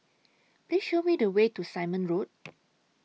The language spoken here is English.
Please Show Me The Way to Simon Road